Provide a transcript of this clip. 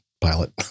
pilot